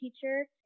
teacher